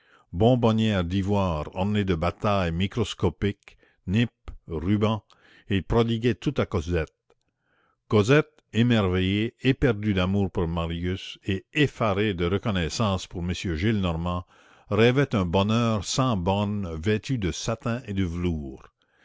bonbonnières d'ivoire ornées de batailles microscopiques nippes rubans il prodiguait tout à cosette cosette émerveillée éperdue d'amour pour marius et effarée de reconnaissance pour m gillenormand rêvait un bonheur sans bornes vêtu de satin et de velours